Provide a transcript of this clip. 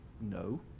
No